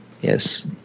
Yes